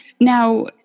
now